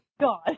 God